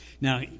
Now